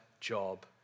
job